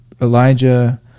Elijah